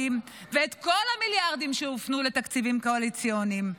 ואת כל המיליארדים שהופנו לתקציבים קואליציוניים.